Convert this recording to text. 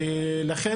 ולכן,